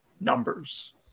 numbers